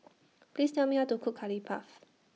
Please Tell Me How to Cook Curry Puff